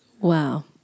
Wow